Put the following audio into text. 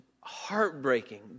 heartbreaking